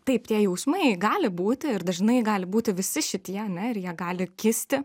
taip tie jausmai gali būti ir dažnai gali būti visi šitie na ir jie gali kisti